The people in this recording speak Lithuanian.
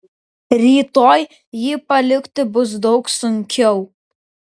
rytoj jį palikti bus daug sunkiau